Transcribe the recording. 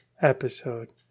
episode